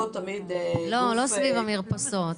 לא תמיד --- לא סביב המרפסות,